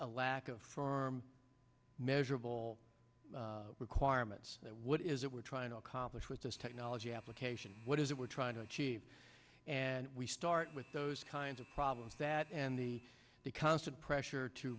a lack of form measurable requirements that what is it we're trying to accomplish with this technology application what is it we're trying to achieve and we start with those kinds of problems that and the constant pressure to